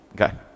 Okay